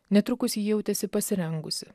netrukus ji jautėsi pasirengusi